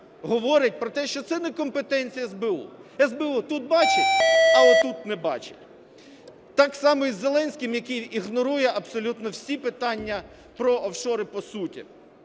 говорить про те, що це не компетенція СБУ. СБУ тут бачить, а от тут не бачить. Так само із Зеленським, який ігнорує абсолютно всі питання про офшори по суті,